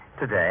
Today